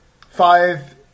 five